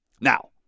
now